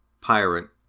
Pirate